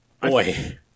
Boy